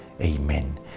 Amen